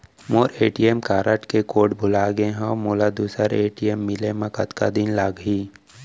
मोर ATM card के code भुला गे हव, मोला दूसर ए.टी.एम मिले म कतका दिन लागही?